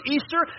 Easter